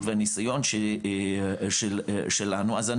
זה